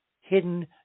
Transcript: hidden